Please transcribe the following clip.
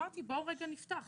אמרתי, בואו רגע נפתח.